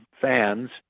fans